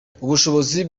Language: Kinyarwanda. ubushobozi